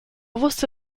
wusste